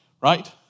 right